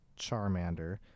Charmander